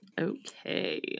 Okay